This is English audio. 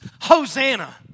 Hosanna